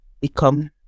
become